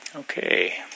Okay